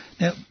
Now